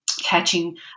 catching